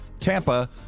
Tampa